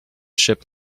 ship